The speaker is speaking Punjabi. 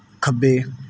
ਖੱਬੇ